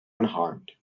unharmed